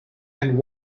and